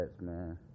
man